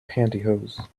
pantyhose